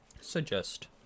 Suggest